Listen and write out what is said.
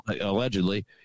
allegedly